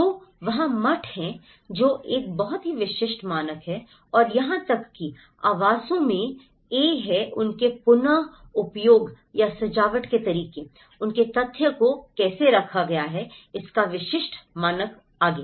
तो वहाँ मठ है जो एक बहुत ही विशिष्ट मानक है और यहां तक कि आवासों में ए है उनके पुन उपयोग या सजावट के तरीके उनके तथ्य को कैसे रखा गया है इसका विशिष्ट मानक आगे